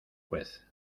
juez